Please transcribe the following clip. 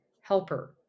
helper